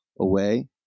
away